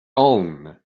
own